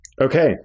Okay